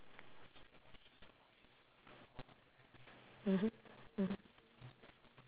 mmhmm mm